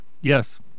yes